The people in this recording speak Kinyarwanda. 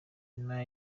nyuma